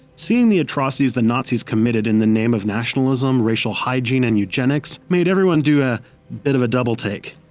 seeing the atrocities the nazis conducted in the name of nationalism, racial hygiene, and eugenics made everyone do a bit of a double take.